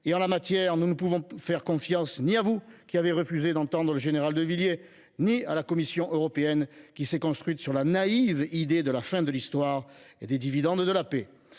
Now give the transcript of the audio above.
Or, en la matière, nous ne pouvons pas vous faire confiance, à vous qui avez refusé d’entendre le général de Villiers, ni à la Commission européenne, qui s’est construite sur la naïve idée de la fin de l’Histoire et des dividendes de la paix.